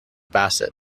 bassett